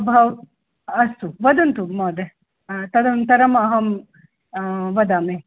भव अस्तु वदन्तु महोदय तदनन्तरमहं वदामि